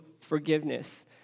forgiveness